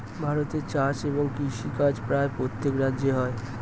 ভারতে চাষ এবং কৃষিকাজ প্রায় প্রত্যেক রাজ্যে হয়